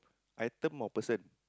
item or person